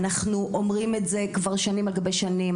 אנחנו אומרים את זה כבר שנים על גבי שנים,